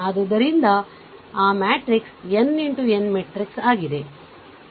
ಆದ್ದರಿಂದ a matrix nX n matrix ಆಗಿದೆ